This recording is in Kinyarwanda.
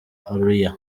arua